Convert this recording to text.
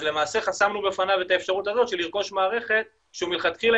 אז למעשה חסמנו בפניו את האפשרות הזאת של לרכוש מערכת שהוא מלכתחילה